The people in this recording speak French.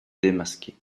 démasquer